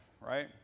right